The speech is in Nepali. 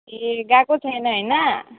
ए गएको छैन होइन